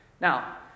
Now